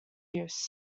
use